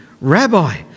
Rabbi